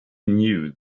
knew